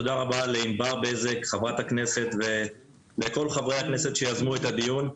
תודה רבה לענבר בזק חברת הכנסת ולכל חברי הכנסת שיזמו את הדיון.